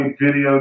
video